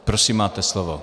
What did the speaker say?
Prosím, máte slovo.